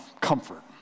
comfort